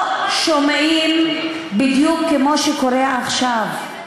לא שומעים, בדיוק כמו שקורה עכשיו.